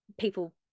people